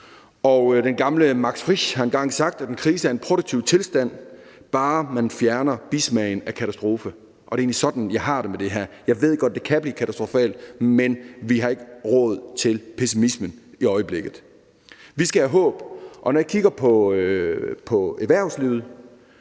Den gamle Max Frisch har engang sagt, at en krise er en produktiv tilstand, bare man fjerner bismagen af katastrofe. Det er egentlig sådan, jeg har det med det her. Jeg ved godt, at det kan blive katastrofalt, men vi har ikke råd til pessimismen i øjeblikket. Vi skal have håb. Og når jeg kigger på erhvervslivet,